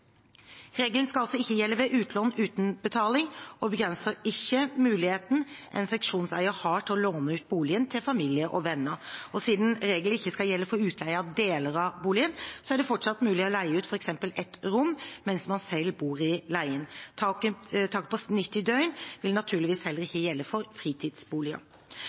Regelen skal ikke gjelde ved utlån uten betaling og begrenser ikke muligheten en seksjonseier har til å låne ut boligen til familie og venner. Siden regelen ikke skal gjelde for utleie av deler av boligen, er det fortsatt mulig å leie ut f.eks. ett rom mens man selv bor i boligen. Taket på 90 døgn vil naturligvis heller ikke gjelde for fritidsboliger.